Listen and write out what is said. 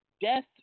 death